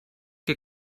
che